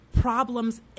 problems